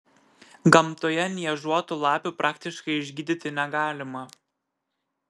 gamtoje niežuotų lapių praktiškai išgydyti negalima